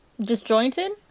Disjointed